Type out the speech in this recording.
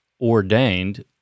ordained